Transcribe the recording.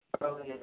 earlier